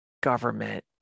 government